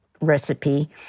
recipe